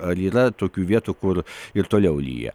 ar yra tokių vietų kur ir toliau lyja